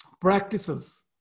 practices